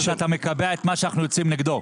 אתה מקבע את מה שאנחנו יוצאים נגדו.